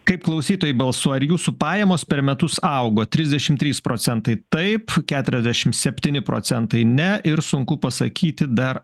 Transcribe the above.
kaip klausytojai balsuoja ar jūsų pajamos per metus augo trisdešimt trys procentai taip keturiasdešimt septyni procentai ne ir sunku pasakyti dar